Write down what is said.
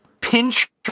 pinch